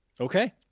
Okay